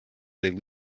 they